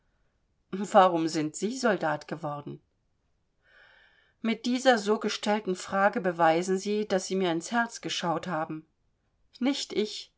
warum sind sie soldat geworden mit dieser so gestellten frage beweisen sie daß sie mir ins herz geschaut haben nicht ich